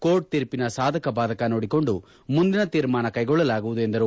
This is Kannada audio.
ಕೋರ್ಟ್ ತೀರ್ಪಿನ ಸಾಧಕ ಬಾಧಕ ನೋಡಿಕೊಂಡು ಮುಂದಿನ ತೀರ್ಮಾನ ಕೈಗೊಳ್ಳಲಾಗುವುದು ಎಂದರು